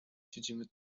siedzimy